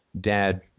dad